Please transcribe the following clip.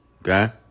Okay